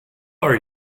are